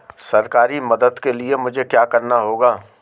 सरकारी मदद के लिए मुझे क्या करना होगा?